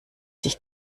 sich